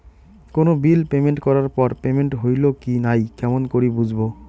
কোনো bill payment করার পর পেমেন্ট হইল কি নাই কেমন করি বুঝবো?